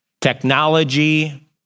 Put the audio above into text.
technology